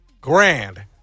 grand